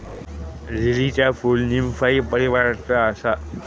लीलीचा फूल नीमफाई परीवारातला हा